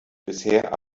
bisher